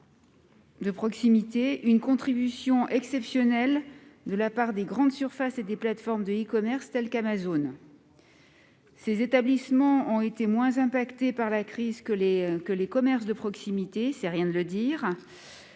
leur faveur une contribution exceptionnelle de la part des grandes surfaces et des plateformes de e-commerce, comme Amazon. Ces établissements ont été moins touchés par la crise que les commerces de proximité ; ce n'est rien de le dire